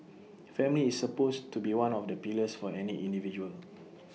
family is supposed to be one of the pillars for any individual